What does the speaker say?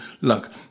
luck